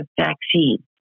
vaccine